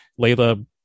Layla